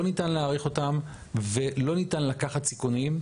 כך לא ניתן להעריך אותם ולא ניתן לקחת סיכונים,